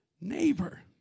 neighbor